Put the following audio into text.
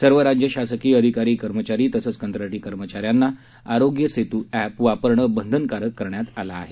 सर्व राज्य शासकीय अधिकारी कर्मचारी तसेच कंत्राटी कर्मचाऱ्यांना आरोग्य सेत् ऍप वापरणे बंधनकारक करण्यात आलं आहे